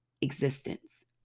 existence